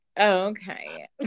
okay